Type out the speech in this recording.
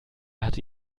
hatte